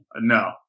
No